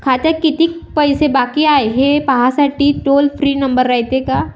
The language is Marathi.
खात्यात कितीक पैसे बाकी हाय, हे पाहासाठी टोल फ्री नंबर रायते का?